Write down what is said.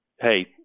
hey